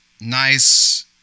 nice